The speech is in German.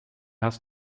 hast